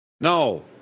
No